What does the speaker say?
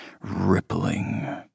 rippling